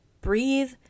breathe